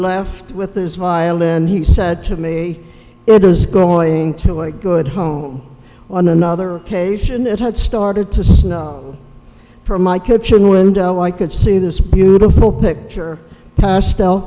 left with his violin and he said to me it was going to a good home on another occasion it had started to snow from my kitchen window i could see this beautiful picture pastel